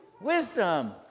wisdom